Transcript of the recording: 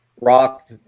rock